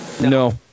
No